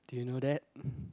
do you know that